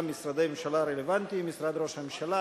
משרדי ממשלה רלוונטיים: משרד ראש הממשלה,